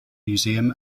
museum